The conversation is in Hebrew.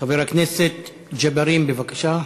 חבר הכנסת ג'בארין, בבקשה.